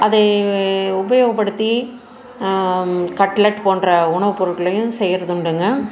அதை உபயோகப்படுத்தி கட்லட் போன்ற உணவுப் பொருட்களையும் செய்கிறதுண்டுங்க